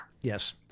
Yes